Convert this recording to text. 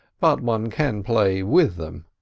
but one can play with them.